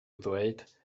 ddweud